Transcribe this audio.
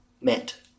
met